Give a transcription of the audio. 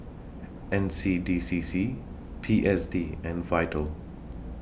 N C D C C P S D and Vital